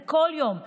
זה כל יום,